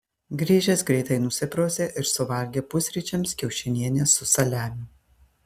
grįžęs greitai nusiprausė ir suvalgė pusryčiams kiaušinienę su saliamiu